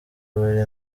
buri